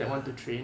ah